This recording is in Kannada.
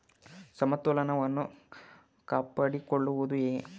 ಸಮತೋಲನವನ್ನು ಕಾಪಾಡಿಕೊಳ್ಳುವುದು ಹೇಗೆ?